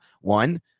one